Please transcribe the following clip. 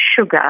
sugar